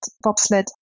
bobsled